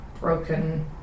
broken